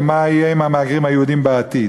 ומה יהיה עם המהגרים היהודים בעתיד?